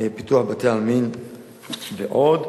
פיתוח בתי-עלמין ועוד.